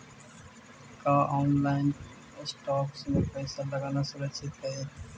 का online stocks में पैसा लगाना सुरक्षित हई